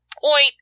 point